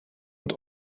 und